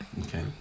Okay